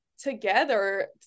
Together